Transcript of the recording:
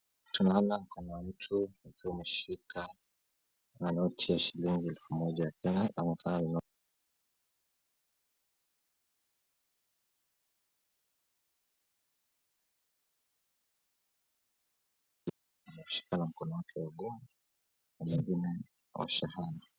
Tunaona kuna mtu akiwa ameshika noti ya shilingi elfu ya kenya ameshika na mkono wake wa kulia.